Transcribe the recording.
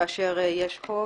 כאשר יש חוב,